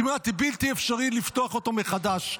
כמעט בלתי אפשרי לפתוח אותו מחדש.